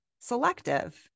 selective